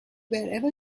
wherever